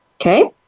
Okay